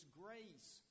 grace